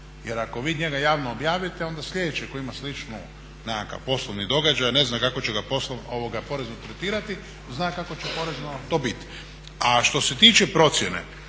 jer ako vi njega javno objavite onda slijedeći koji ima sličnu nekakav poslovni događaj ne zna kako će ga porezno tretirati, zna kako će porezno biti. A što se tiče procjene,